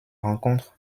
rencontre